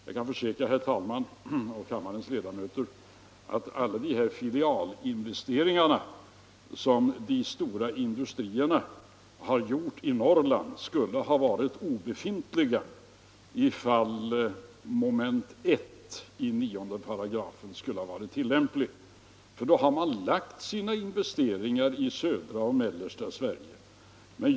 Jag kan försäkra herr talmannen och kammarens ledamöter att alla dessa filialinvesteringar som de stora industrierna har gjort i Norrland skulle ha varit obefintliga ifall mom. 1 i 9§ skulle ha varit tillämpligt — för då hade man lagt sina investeringar i södra och mellersta Sverige.